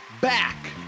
back